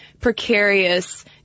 precarious